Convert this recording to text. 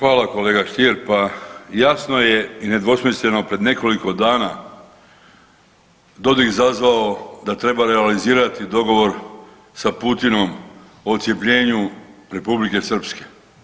Hvala kolega Stier, pa jasno je i nedvosmisleno pred nekoliko dana Dodik zazvao da treba realizirati dogovor sa Putinom o odcjepljenju Republike Srpske.